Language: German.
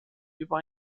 über